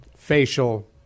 Facial